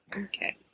Okay